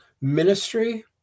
Ministry